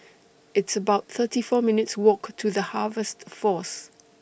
It's about thirty four minutes' Walk to The Harvest Force